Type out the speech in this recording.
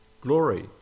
glory